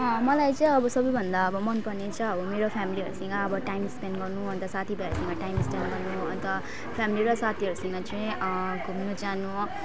मलाई चाहिँ अब सबैभन्दा अब मनपर्ने चाहिँ अब मेरो फेमिलीहरूसँग अब टाइम स्पेन्ड गर्नु अन्त साथी भाइहरूसँग टाइम स्पेन्ड गर्नु अन्त फेमिली र साथीहरूसँग चाहिँ घुम्नु जानु